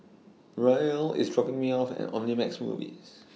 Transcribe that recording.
Royal IS dropping Me off At Omnimax Movies